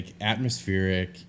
atmospheric